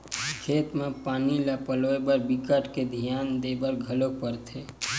खेत म पानी ल पलोए बर बिकट के धियान देबर घलोक परथे